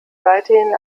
weiterhin